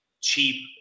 cheap –